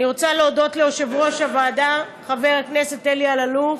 אני רוצה להודות ליושב-ראש הוועדה חבר הכנסת אלי אלאלוף,